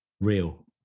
real